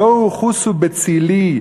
בואו חסו בצלי.